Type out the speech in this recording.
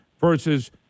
versus